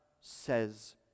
says